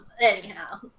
Anyhow